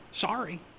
Sorry